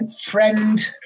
friend